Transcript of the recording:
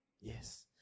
Yes